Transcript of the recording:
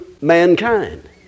mankind